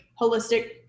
holistic